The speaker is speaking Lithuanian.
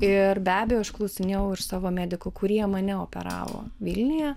ir be abejo aš klausinėjau iš savo medikų kurie mane operavo vilniuje